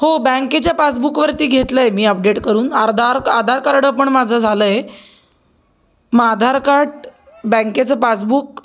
हो बँकेच्या पासबुकवरती घेतलं आहे मी अपडेट करून आर्धा आधार कार्ड पण माझं झालं आहे मग आधार कार्ड बँकेचं पासबुक